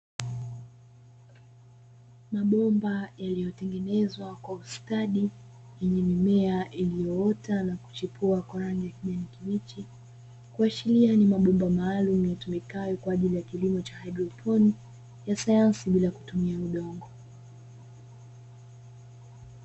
Mabomba yaliyotengenezwa kwa ustadi, yenye mimea iliyoota na kuchipua kwa rangi ya kijani kibichi, kuashiri ni mabomba maalumu yatumikayo kwa ajili ya kilimo cha hidroponi ya sayansi bila kutumia udongo.